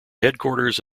headquarters